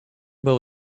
bow